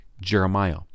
Jeremiah